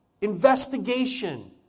Investigation